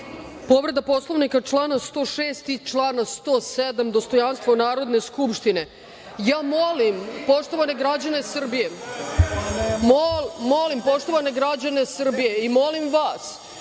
Povreda Poslovnika člana 106. i člana 107 – dostojanstvo Narodne skupštine. Ja molim poštovane građane Srbije i molim vas